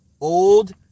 old